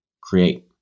create